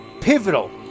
pivotal